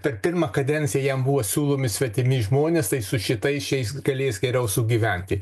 per pirmą kadenciją jam buvo siūlomi svetimi žmonės su šitais šiais galės geriau sugyventi